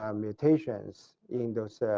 um mutations in those